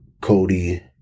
Cody